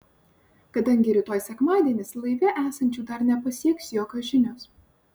kadangi rytoj sekmadienis laive esančių dar nepasieks jokios žinios